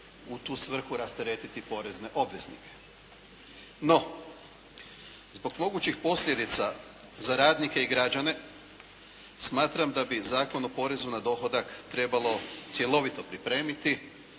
u tu svrhu rasteretiti porezne obveznike. No, zbog mogućih posljedica za radnike i građane smatram da bi Zakon o porezu na dohodak trebalo cjelovito pripremiti